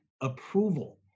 approval